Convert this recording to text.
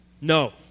no